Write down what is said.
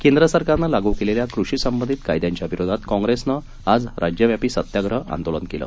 केंद्र सरकारनं लागू केलेल्या कृषी संबंधित कायद्यांच्या विरोधात काँप्रेसनं आज राज्यव्यापी सत्याग्रह आंदोलन केलं